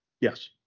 Yes